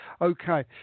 Okay